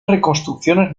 reconstrucciones